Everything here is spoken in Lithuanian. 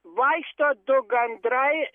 vaikšto du gandrai